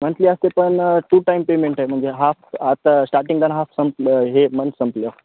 monthly असते पण two time payment आहे म्हणजे हाफ आता स्टार्टिंग दन हाफ संपलं हे मंथ संपल